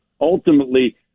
ultimately